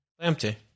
Empty